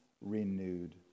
renewed